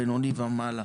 בינוני ומעלה,